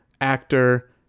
actor